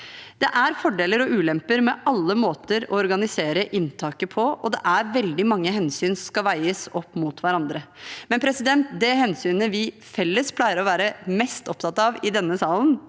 Det er fordeler og ulemper med alle måter å organisere inntaket på, og det er veldig mange hensyn som skal veies opp mot hverandre. Det hensynet vi felles pleier å være mest opptatt av i denne salen,